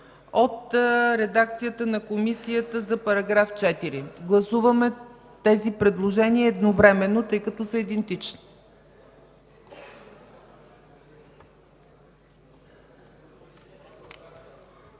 от редакцията на Комисията за § 4. Гласуваме предложенията едновременно, тъй като са идентични.